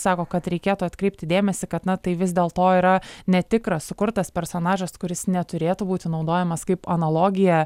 sako kad reikėtų atkreipti dėmesį kad na tai vis dėl to yra netikras sukurtas personažas kuris neturėtų būti naudojamas kaip analogija